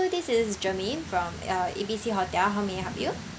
this is germaine from uh A B C hotel how may I help you